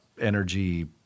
energy